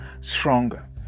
stronger